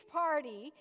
party